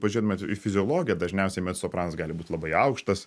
pažiūrėtumėt į fiziologiją dažniausiai mecosopranas gali būt labai aukštas